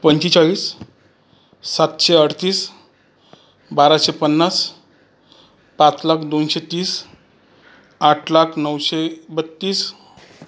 पंचेचाळीस सातशे अडतीस बाराशे पन्नास पाच लाख दोनशे तीस आठ लाख नऊशे बत्तीस